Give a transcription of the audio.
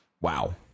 Wow